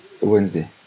Wednesday